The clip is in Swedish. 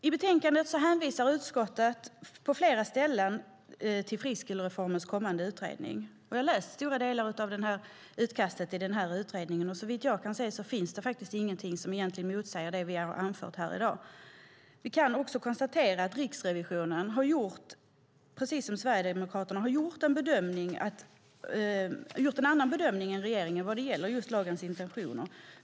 I betänkandet hänvisar utskottet på flera ställen till Friskolekommitténs kommande utredning. Vi har läst stora delar av utredningens utkast, och såvitt jag kan se finns det ingenting som motsäger det vi har anfört här i dag. Vi kan också konstatera att Riksrevisionen, precis som Sverigedemokraterna, har gjort en annan bedömning än regeringen vad gäller lagens intentioner.